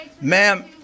ma'am